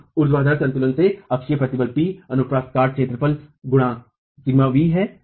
तो ऊर्ध्वाधर संतुलन से अक्षीय बल P अनुप्रस्थ काट क्षेत्रफल गुणा σv है